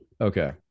Okay